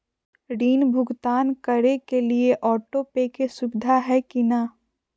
ऋण भुगतान करे के लिए ऑटोपे के सुविधा है की न?